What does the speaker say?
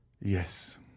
yes